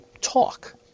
talk